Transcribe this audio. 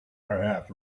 perhaps